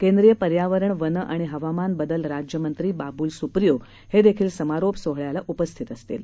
केंद्रीयपर्यावरण वनआणिहवामानबदलराज्यमंत्रीबाबूलसुप्रियोहेदेखीलसमारोपसोहळ्यालाउपस्थितअसतील